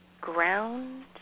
ground